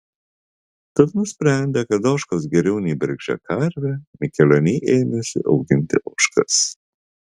tad nusprendę kad ožkos geriau nei bergždžia karvė mikelioniai ėmėsi auginti ožkas